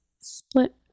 split